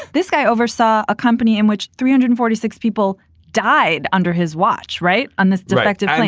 this guy oversaw a company in which three hundred and forty six people died under his watch. right. on this directive,